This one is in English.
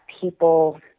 people